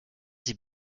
sie